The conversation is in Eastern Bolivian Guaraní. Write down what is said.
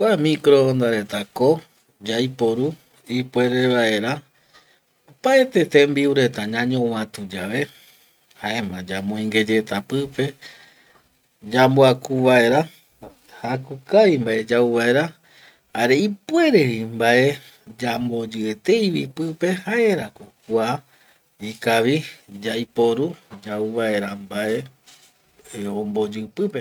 Kua microfono retako yaiporu ipuere vaera, opaete tembiu reta ñañovatu yave jaema yamoingue yeta pipe, yamboaku vaera jaku kavi mbae yau vaera jare ipuerevi mbae yamboyieteivi pipe jaerako kua ikavi yaiporu yaiu vaera mbae omboyi pipe